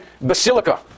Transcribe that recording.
basilica